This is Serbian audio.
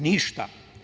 Ništa.